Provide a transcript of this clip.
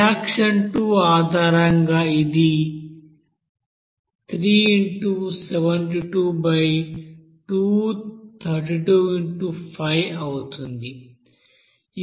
reaction 2 ఆధారంగా ఇది 3x72232x5 అవుతుంది